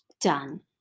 Done